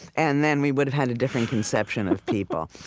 and then we would have had a different conception of people.